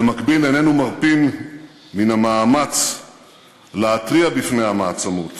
במקביל, איננו מרפים מן המאמץ להתריע בפני המעצמות